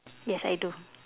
yes I do